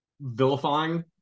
vilifying